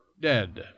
dead